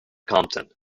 compton